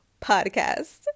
podcast